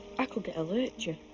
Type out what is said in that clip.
i could get a lurcher.